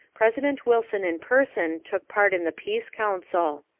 president wilson in person took part in the peace council.